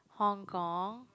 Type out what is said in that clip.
Hong-Kong